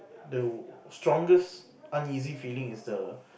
the strongest uneasy feeling is the